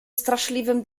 straszliwym